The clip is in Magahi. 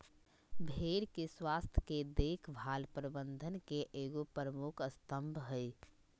भेड़ के स्वास्थ के देख भाल प्रबंधन के एगो प्रमुख स्तम्भ हइ